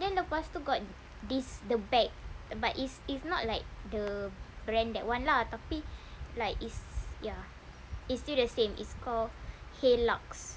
then lepas tu got this the bag but it's it's not like the brand that [one] lah tapi is like ya is still the same is called !hey! lucks